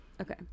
Okay